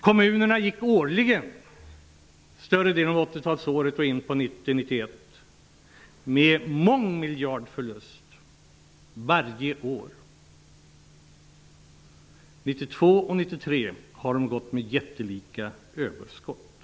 talet och fram till 1990--1991 med mångmiljardförluster. 1992 och 1993 har de haft jättelika överskott.